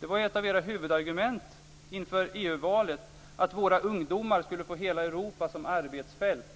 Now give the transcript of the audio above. Det var ett av era huvudargument inför EU-valet att våra ungdomar skulle få hela Europa som arbetsfält,